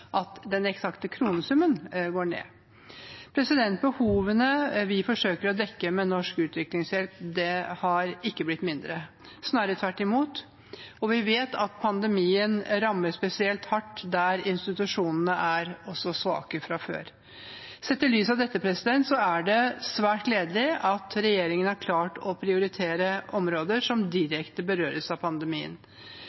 at den eksakte kronesummen går ned. Behovene vi forsøker å dekke med norsk utviklingshjelp, har ikke blitt mindre, snarere tvert imot. Vi vet at pandemien rammer spesielt hardt der institusjonene er svake fra før. Sett i lys av dette er det svært gledelig at regjeringen har klart å prioritere områder som